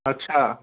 अच्छा